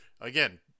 again